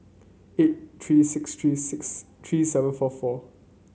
eight three six three six three seven four four